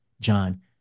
John